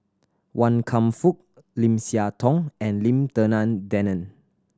Wan Kam Fook Lim Siah Tong and Lim Denan Denon